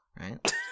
right